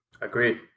Agreed